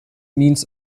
means